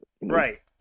Right